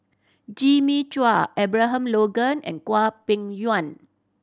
Jimmy Chua Abraham Logan and Kwang Peng Yuan